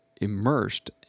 immersed